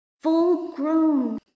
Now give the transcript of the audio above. full-grown